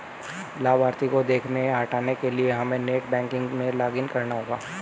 लाभार्थी को देखने या हटाने के लिए हमे नेट बैंकिंग में लॉगिन करना होगा